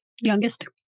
Youngest